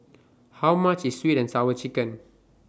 How much IS Sweet and Sour Chicken